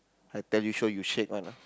I tell you sure you shake one ah